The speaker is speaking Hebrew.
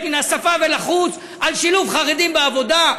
מן השפה ולחוץ על שילוב חרדים בעבודה.